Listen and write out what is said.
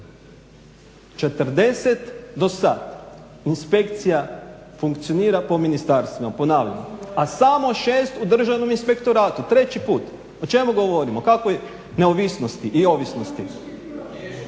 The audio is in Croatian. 40 do sad inspekcija funkcionira po ministarstvima, ponavljam, a samo 6 u Državnom inspektoratu, treći put. O čemu govorimo? Kakvoj neovisnosti i ovisnosti?